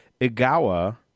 Igawa